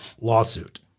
lawsuit